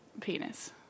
penis